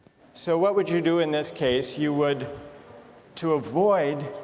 so what would you do in this case? you would to avoid